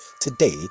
today